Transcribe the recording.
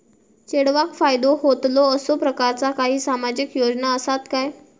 चेडवाक फायदो होतलो असो प्रकारचा काही सामाजिक योजना असात काय?